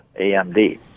amd